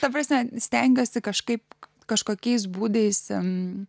ta prasme stengiuosi kažkaip kažkokiais būdais ten